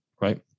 right